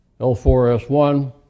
L4S1